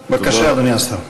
בבקשה, אדוני השר.